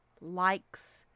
likes